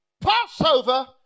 Passover